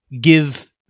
give